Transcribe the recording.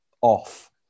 Off